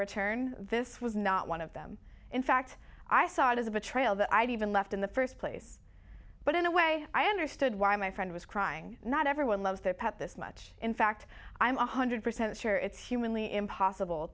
return this was not one of them in fact i saw it as a betrayal that i'd even left in the first place but in a way i understood why my friend was crying not everyone loves their pet this much in fact i'm one hundred percent sure it's humanly impossible